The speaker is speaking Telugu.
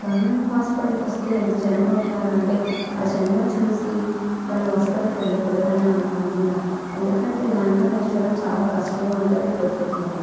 గవర్నమెంట్ హాస్పిటల్కి వస్తే ఎంత జనము ఉంటున్నారు అంటే ఆ జనముని చూసి వాళ్ళు హాస్పిటల్కి వెళ్ళకూడదనే అనుకుంటున్నారు ఎందుకంటే లైన్లో నిలుచోవడం చాలా కష్టంగా ఉంటుంది ప్రతి ఒక్కరికి